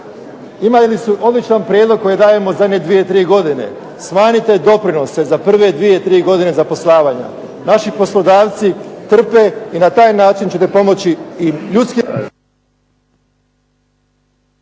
Imali su odličan prijedlog koji dajemo zadnje 2, 3 godine. Smanjite doprinose za prve 2, 3 godine zapošljavanja. Naši poslodavci trpe i na taj način ćete pomoći i …